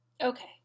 Okay